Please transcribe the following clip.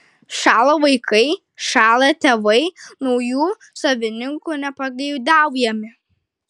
šąla vaikai šąla tėvai naujų savininkų nepageidaujami